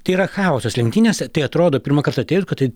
tai yra chaosas lenktynės tai atrodo pirmąkart atėjus kad tai